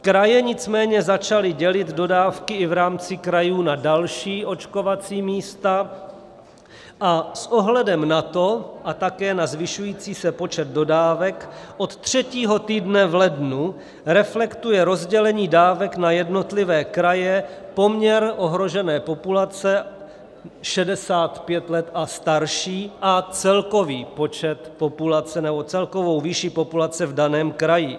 Kraje nicméně začaly dělit dodávky i v rámci krajů na další očkovací místa a s ohledem na to a také na zvyšující se počet dodávek od třetího týdne v lednu reflektuje rozdělení dávek na jednotlivé kraje poměr ohrožené populace 65 let a starší a celkovou výši populace v daném kraji.